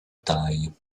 taille